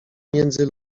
między